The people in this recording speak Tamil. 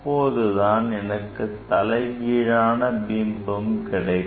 அப்போதுதான் எனக்கு தலைகீழான பிம்பம் கிடைக்கும்